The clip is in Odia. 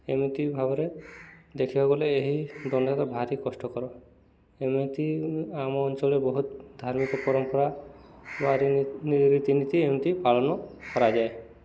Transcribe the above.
ଏମିତି ଭାବରେ ଦେଖିବାକୁ ଗଲେ ଏହି ଦଣ୍ଡ ଭାରି କଷ୍ଟକର ଏମିତି ଆମ ଅଞ୍ଚଳରେ ବହୁତ ଧାର୍ମିକ ପରମ୍ପରା ବା ରୀତିନୀତି ଏମିତି ପାଳନ କରାଯାଏ